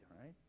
right